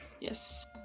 yes